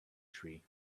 tree